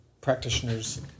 practitioners